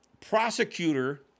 prosecutor